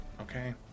okay